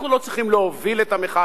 אנחנו לא צריכים להוביל את המחאה,